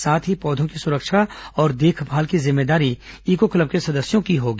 साथ ही पौधों की सुरक्षा और देखभाल की जिम्मेदारी ईको क्लब के सदस्यों की होगी